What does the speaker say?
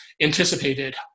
anticipated